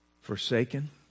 Forsaken